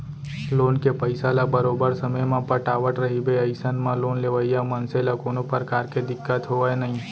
loan के पइसा ल बरोबर समे म पटावट रहिबे अइसन म लोन लेवइया मनसे ल कोनो परकार के दिक्कत होवय नइ